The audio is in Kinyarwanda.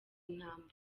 intambara